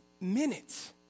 minutes